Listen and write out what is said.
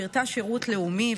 שירתה שירות לאומי,